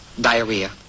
diarrhea